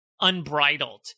unbridled